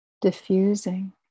diffusing